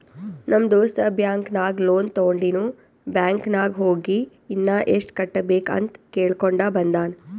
ನಮ್ ದೋಸ್ತ ಬ್ಯಾಂಕ್ ನಾಗ್ ಲೋನ್ ತೊಂಡಿನು ಬ್ಯಾಂಕ್ ನಾಗ್ ಹೋಗಿ ಇನ್ನಾ ಎಸ್ಟ್ ಕಟ್ಟಬೇಕ್ ಅಂತ್ ಕೇಳ್ಕೊಂಡ ಬಂದಾನ್